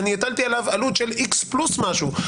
אני הטלתי עליו עלות של X פלוס משהו,